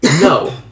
no